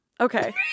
Okay